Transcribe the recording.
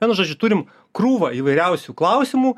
vienu žodžiu turim krūvą įvairiausių klausimų